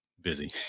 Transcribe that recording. Busy